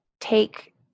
take